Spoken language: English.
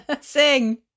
Sing